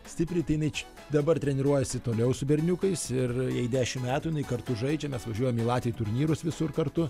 stipriai tai jinai čia dabar treniruojasi toliau su berniukais ir jai dešim metų jinai kartu žaidžia mes važiuojam į latviją į turnyrus visur kartu